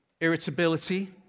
irritability